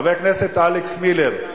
חבר הכנסת אלכס מילר,